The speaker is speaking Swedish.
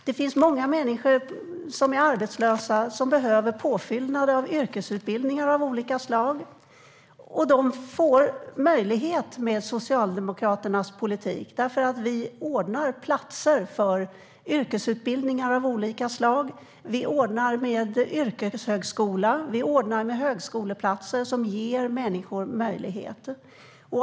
Det finns många människor som är arbetslösa och behöver påfyllnad av yrkesutbildningar av olika slag, och de får en möjlighet med Socialdemokraternas politik. Vi ordnar platser för yrkesutbildningar av olika slag. Vi ordnar med yrkeshögskola. Vi ordnar med högskoleplatser som ger människor möjlighet.